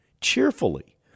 cheerfully